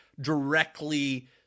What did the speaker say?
directly